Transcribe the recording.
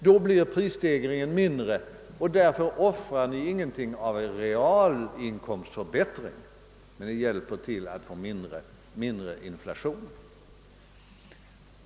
Då blir prisstegringen mindre än eljest. Därför offrar ni ingenting av er realinkomstförbättring, kan man vid konferensen säga till varje grupp, men ni hjälper till att göra inflationen mindre.